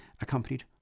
accompanied